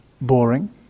boring